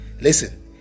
Listen